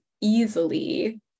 easily